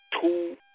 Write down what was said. two